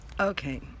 Okay